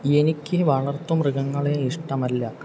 എനിക്ക് വളർത്തുമൃഗങ്ങളെ ഇഷ്ടമല്ല